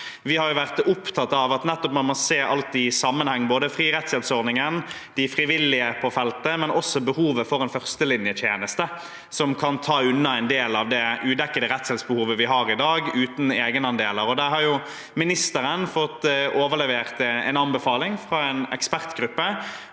Vi har vært opptatt av at man nettopp må se alt i sammenheng, både fri rettshjelp-ordningen, de frivillige på feltet og også behovet for en førstelinjetjeneste, som kan ta unna en del av det udekkede rettshjelpsbehovet vi har i dag, uten egenandeler. Der har ministeren fått overlevert en anbefaling fra en ekspertgruppe,